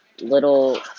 little